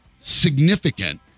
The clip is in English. significant